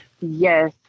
Yes